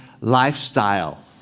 lifestyle